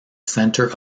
centre